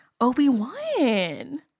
obi-wan